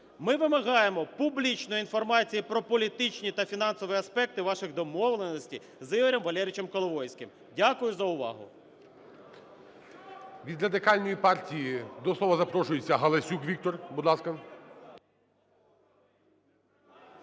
Ми вимагаємо публічної інформації про політичні та фінансові аспекти ваших домовленостей з Ігорем Валерійовичем Коломойським. Дякую за увагу.